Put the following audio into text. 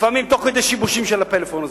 לפעמים תוך כדי שיבושים של הפלאפון הזה?